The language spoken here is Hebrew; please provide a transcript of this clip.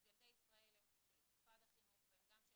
אז ילדי ישראל הם של משרד החינוך והם גם של